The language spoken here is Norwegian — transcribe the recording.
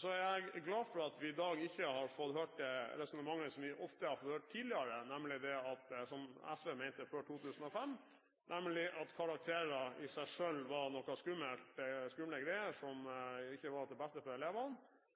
Så er jeg glad for at vi i dag ikke har fått høre det resonnementet som vi ofte har fått høre tidligere – det SV mente før 2005 – nemlig at karakterer i seg selv var noen skumle greier som ikke var til det beste for